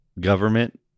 government